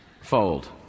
fold